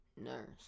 nurse